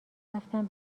رفتم